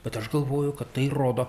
bet aš galvoju kad tai rodo